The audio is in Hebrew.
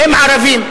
הם ערבים,